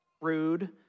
rude